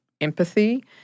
empathy